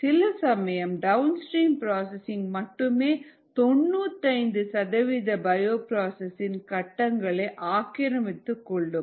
சில சமயம் downstream processing மட்டுமே 95 சதவிகித பயோப்ராசஸ் இன் கட்டங்களை ஆக்கிரமித்துக் கொள்ளும்